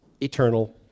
eternal